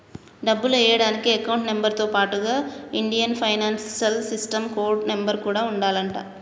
డబ్బులు ఎయ్యడానికి account number తో పాటుగా Indian financial system code number కూడా ఉండాలంట